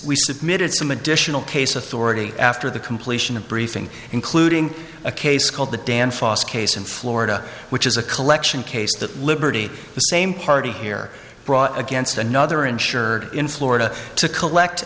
submitted some additional case authority after the completion of briefing including a case called the danfoss case in florida which is a collection case that liberty the same party here brought against another insured in florida to collect